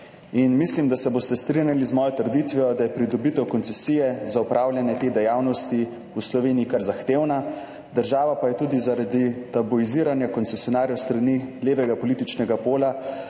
Mislim, da se boste strinjali z mojo trditvijo, da je pridobitev koncesije za opravljanje te dejavnosti v Sloveniji kar zahtevna, država pa je tudi zaradi tabuiziranja koncesionarjev s strani levega političnega pola